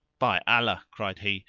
by allah, cried he,